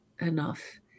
enough